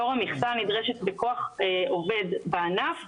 לאור המכסה הנדרשת בכוח עובד בענף,